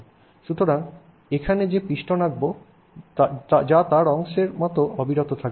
সুতরাং এখানে যে পিস্টন আঁকব যা তার অংশের মতো অবিরত থাকবে